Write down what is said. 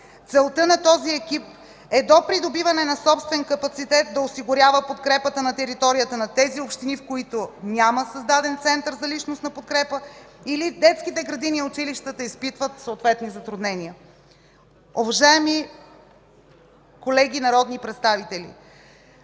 Целта на този екип е до придобиване на собствен капацитет да осигурява подкрепата на територията на тези общини, в които няма създаден център за личностна подкрепа или детските градини и училищата изпитват съответни затруднения.